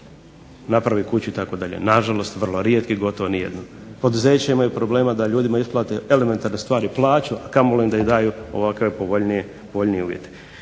napravi kuću itd. Na žalost vrlo rijetki, gotovo ni jedno. Poduzeća imaju problema da ljudima isplate elementarne stvari – plaću, a kamoli da im daju ovakve povoljnije uvjete.